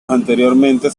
anteriormente